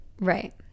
right